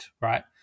right